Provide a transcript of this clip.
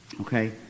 Okay